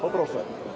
Poproszę.